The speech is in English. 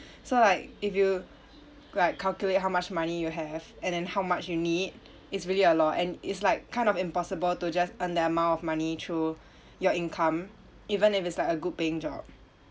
so like if you like calculate how much money you have and then how much you need is really a lot and is like kind of impossible to just earn that amount of money through your income even if it's like a good paying job